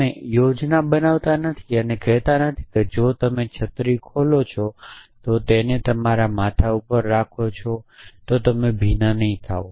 તમે યોજના બનાવતા નથી અને કહેતા નથી કે જો તમે છત્રી ખોલો છો અને તેને તમારા માથા ઉપર રાખો છો તો તમે ભીના નહીં થશો